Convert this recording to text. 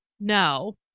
No